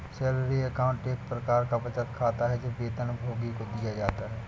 salary account एक प्रकार का बचत खाता है, जो वेतनभोगी को दिया जाता है